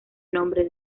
nombre